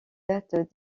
date